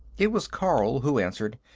it was carl who answered.